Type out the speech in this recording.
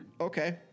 okay